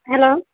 hello